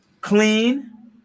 clean